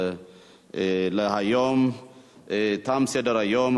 תם סדר-היום.